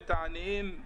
את העניים,